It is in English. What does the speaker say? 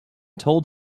told